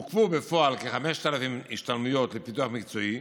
עוכבו בפועל כ-5,000 השתלמויות לפיתוח מקצועי,